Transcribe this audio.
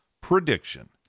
prediction